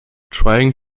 trying